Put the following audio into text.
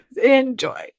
Enjoy